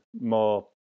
more